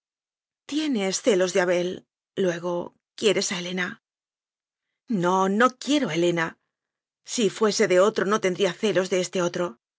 tienes celos de abel luego quieres a helena no no quiero a helena si fuese de otro no tendría celos de este otro